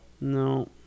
No